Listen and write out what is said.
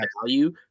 value